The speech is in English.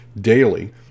daily